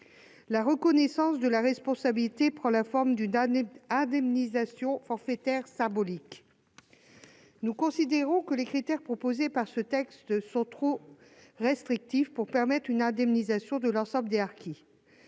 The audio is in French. La reconnaissance de la responsabilité prend la forme d'une indemnisation forfaitaire symbolique. Nous considérons que les critères proposés par ce texte sont trop restrictifs pour permettre une indemnisation de l'ensemble des harkis.